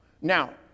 Now